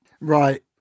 right